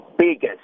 Biggest